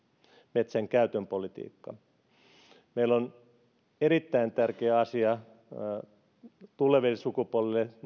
metsän käytön politiikka on erittäin tärkeä asia eläville sukupolville